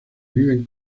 viven